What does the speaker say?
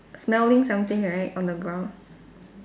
smelling something right on the ground